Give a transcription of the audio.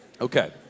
Okay